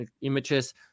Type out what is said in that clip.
images